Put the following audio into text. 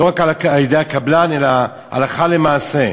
לא רק על-ידי הקבלן, אלא הלכה למעשה.